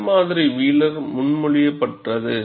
இந்த மாதிரி வீலர் முன்மொழியப்பட்டது